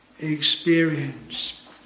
experience